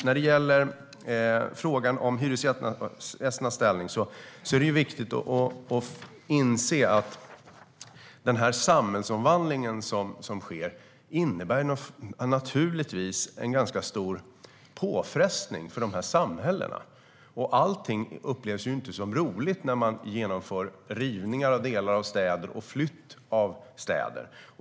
När det gäller frågan om hyresgästernas ställning: Det är viktigt att inse att den stadsomvandling som sker naturligtvis innebär en ganska stor påfrestning på de här samhällena. Allt upplevs inte som roligt när man genomför rivningar av delar av städer och flytt av städer.